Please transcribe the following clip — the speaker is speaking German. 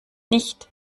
nicht